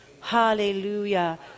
Hallelujah